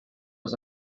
was